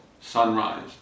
sunrise